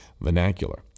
vernacular